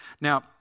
Now